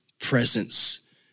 Presence